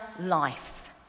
life